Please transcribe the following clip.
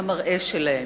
המראה שלהם.